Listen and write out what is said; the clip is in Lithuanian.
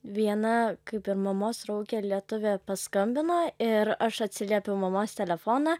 viena kaip ir mamos draugė lietuvė paskambino ir aš atsiliepiau mamos telefoną